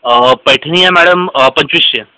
अ पैठणी आहे मॅडम पंचविसशे